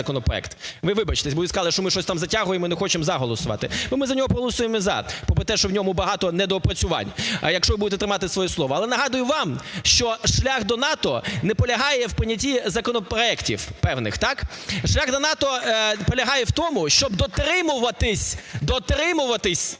ви сказали, що ми щось там затягуємо і не хочемо "за" голосувати. Ми за нього проголосуємо "за", попри те, що в ньому багато недопрацювань, але якщо ви будете тримати своє слово. Але нагадую вам, що шлях до НАТО не полягає в понятті законопроектів певних, так. Шлях до НАТО полягає в тому, щоб дотримуватись, дотримуватись